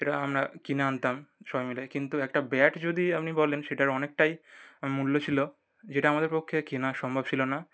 সেটা আমরা কিনে আনতাম সবাই মিলে কিন্তু একটা ব্যাট যদি আপনি বলেন সেটার অনেকটাই মূল্য ছিল যেটা আমাদের পক্ষে কেনা সম্ভব ছিল না